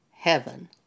Heaven